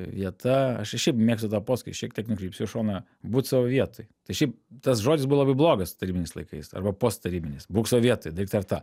vieta aš ir šiaip mėgstu tą posakį šiek tiek nukrypsiu į šoną būt savo vietoj tai šiaip tas žodis buvo labai blogas tarybiniais laikais arba posttarybiniais būk savo vietoj daryk tą ir tą